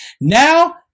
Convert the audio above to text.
Now